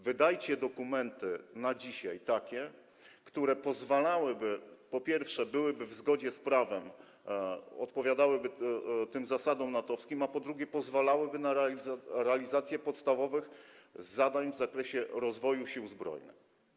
Wydajcie dokumenty na dzisiaj takie, które po pierwsze, byłyby w zgodzie z prawem, odpowiadałyby zasadom natowskim, a po drugie, pozwalałyby na realizację podstawowych zadań w zakresie rozwoju Sił Zbrojnych.